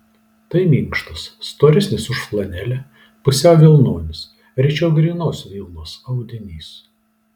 tai minkštas storesnis už flanelę pusiau vilnonis rečiau grynos vilnos audinys